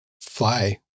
fly